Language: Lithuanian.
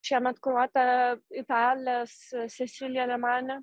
šiemet kuruota italės sesili alemani